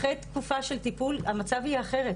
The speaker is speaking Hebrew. אחרי תקופה של טיפול המצב יהיה אחרת,